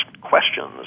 questions